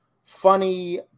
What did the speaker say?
Funny